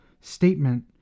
statement